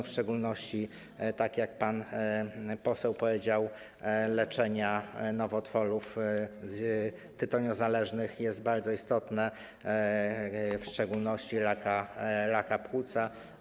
W szczególności tak jak pan poseł powiedział, koszt leczenia nowotworów tytoniozależnych jest bardzo istotny, w szczególności raka płuca.